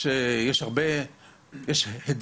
יש הרבה הדים